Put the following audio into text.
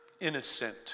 innocent